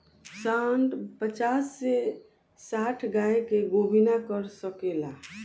सांड पचास से साठ गाय के गोभिना कर सके ला